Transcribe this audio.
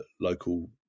local